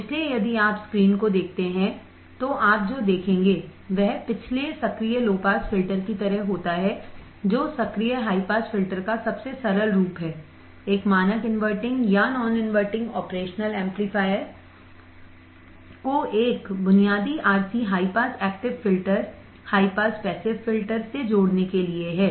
इसलिए यदि आप स्क्रीन को देखते हैं तो आप जो देखेंगे वह पिछले सक्रिय लो पास फिल्टर की तरह होता है जो सक्रिय हाई पास फिल्टर का सबसे सरल रूप है एक मानक इन्वर्टिंग या नॉन इन्वर्टिंग ऑपरेशनल एम्पलीफायर को एक बुनियादी RC high pass active filter high pass passive filter से जोड़ने के लिए है